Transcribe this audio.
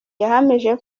yahamije